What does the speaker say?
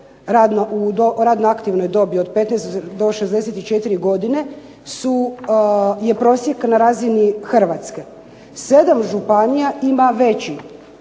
u radno aktivnoj dobi od 15 do 64 godine je prosjek na razini Hrvatske. Sedam županija ima veći